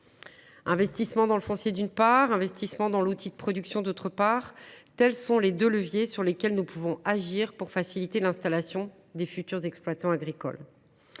Investissement dans le foncier, d’une part, investissement dans l’outil de production, d’autre part : tels sont les deux leviers sur lesquels nous pouvons agir pour faciliter l’installation des futurs exploitants agricoles.